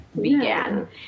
began